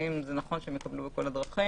האם זה נכון שהם יקבלו בכל הדרכים,